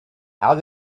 how